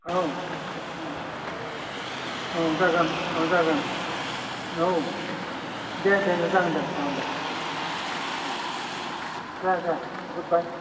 औ औ जागोन औ जागोन औ दे दे दे जागोन दे दे दे अ दे दे गुड बाय